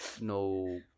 no